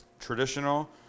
traditional